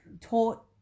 taught